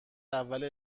اول